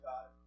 God